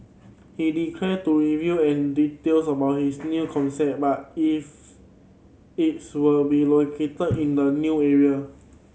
he declined to reveal an details about his new concept about if it's will be located in a new area